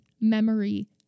memory